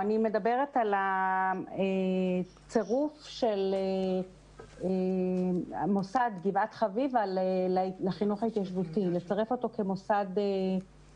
אני מדברת על הצירוף של המוסד גבעת חביבה